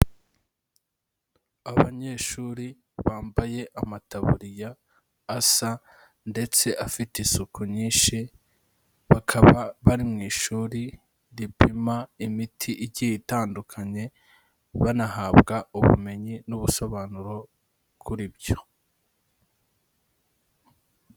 Abanyeshuri bambaye amataburiya asa ndetse afite isuku nyinshi, bakaba bari mu ishuri ripima imiti igiye itandukanye, banahabwa ubumenyi n'ubusobanuro kuri byo.